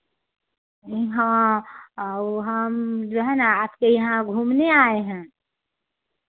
हाँ और हम जो है ना आपके यहाँ घूमने आए हैं